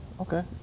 okay